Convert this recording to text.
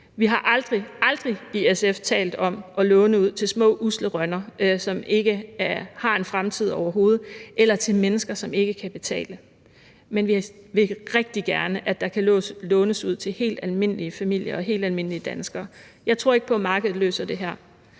– aldrig – i SF talt om at låne ud til små, usle rønner, som ikke har en fremtid overhovedet, eller til mennesker, som ikke kan betale, men vi vil rigtig gerne, at der kan lånes ud til helt almindelige familier og helt almindelige danskere. Jeg tror ikke på, at markedet løser det her: